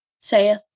saith